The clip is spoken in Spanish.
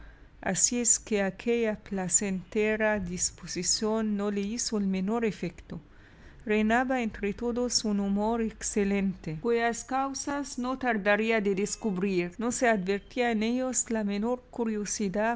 así es que aquella placentera disposición no le hizo el menor efecto reinaba entre todos un humor excelente cuyas causas no tardaría en descubrir no se advertía en ellos la menor curiosidad